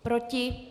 Proti?